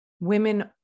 women